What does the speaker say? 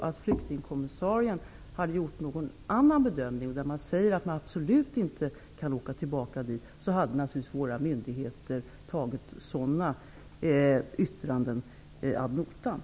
Om flyktingkommissarien hade gjort någon annan bedömning, och sagt att de absolut inte kan åka tillbaka, skulle våra myndigheter naturligtvis ha tagit ett sådant yttrande ad notam.